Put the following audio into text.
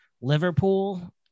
Liverpool